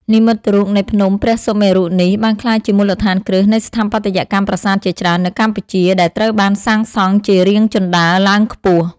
និមិត្តរូបនៃភ្នំព្រះសុមេរុនេះបានក្លាយជាមូលដ្ឋានគ្រឹះនៃស្ថាបត្យកម្មប្រាសាទជាច្រើននៅកម្ពុជាដែលត្រូវបានសាងសង់ជារាងជណ្ដើរឡើងខ្ពស់ៗ។